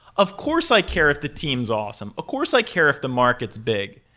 of course, i care if the team is awesome. of course, i care if the market is big.